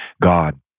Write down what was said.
God